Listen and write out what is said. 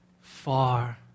far